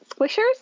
squishers